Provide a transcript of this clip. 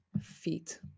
Feet